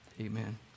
amen